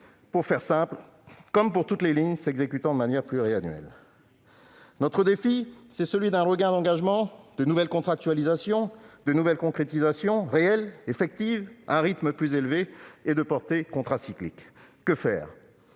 pour faire simple, comme pour toutes les lignes s'exécutant de manière pluriannuelle. Nous avons pour défi un regain d'engagements, de nouvelles contractualisations, de nouvelles concrétisations réelles, effectives et à un rythme plus élevé de portée contracyclique. Que faire ?